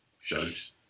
shows